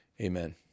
Amen